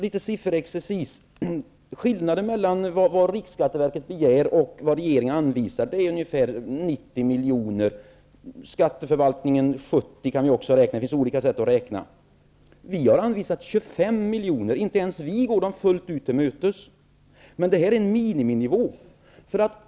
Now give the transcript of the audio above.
Litet sifferexercis: Skillnaden mellan vad riksskatteverket begär och vad regeringen anvisar är ungefär 90 miljoner, när det gäller skatteförvaltningen 70 miljoner -- det finns olika sätt att räkna. Vi har anvisat 25 miljoner. Inte ens vi går dem alltså fullt ut till mötes. Men det är en miniminivå.